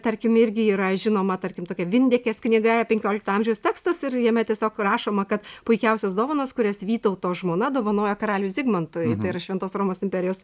tarkim irgi yra žinoma tarkim tokia vindėkės knyga penkiolikto amžiaus tekstas ir jame tiesiog rašoma kad puikiausios dovanos kurias vytauto žmona dovanojo karaliui zigmantui tai yra šventos romos imperijos